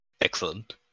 Excellent